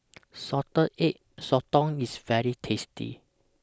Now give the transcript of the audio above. Salted Egg Sotong IS very tasty